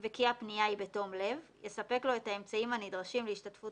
יכול להיות שיגידו לי: לכי לשכן שלך ותשתמשי.